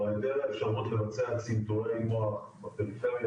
או העדר האפשרות לבצע צנתורי מוח בפריפריה